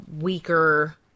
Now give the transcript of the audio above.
weaker